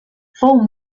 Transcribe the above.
fou